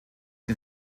den